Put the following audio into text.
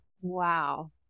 Wow